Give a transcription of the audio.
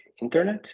Internet